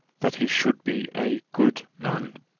that he should be a good man.